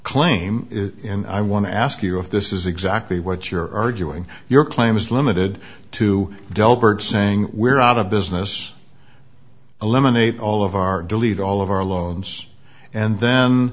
claim is in i want to ask you if this is exactly what you're arguing your claim is limited to delbert saying we're out of business eliminate all of our delete all of our loans and then